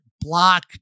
block